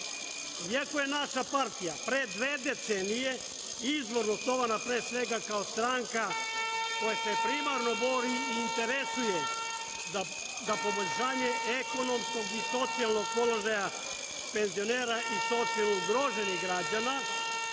Iako je naša partija pre dve decenije, izvorno osnovana pre svega kao stranka koja se primarno bori i interesuje za poboljšanje ekonomskog i socijalnog položaja penzionera i socijalno ugroženih građana,